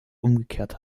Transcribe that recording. umgekehrt